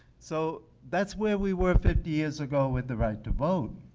so that's where we were fifty years ago with the right to vote.